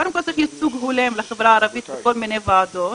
קודם כל צריך ייצוג הולם לחברה הערבית בכל מיני ועדות.